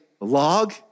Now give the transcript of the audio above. log